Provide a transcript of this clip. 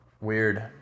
Weird